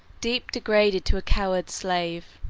deep degraded to a coward's slave,